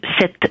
cette